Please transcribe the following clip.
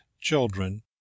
children